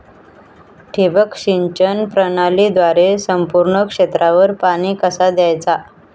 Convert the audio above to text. ठिबक सिंचन प्रणालीद्वारे संपूर्ण क्षेत्रावर पाणी कसा दयाचा?